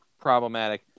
problematic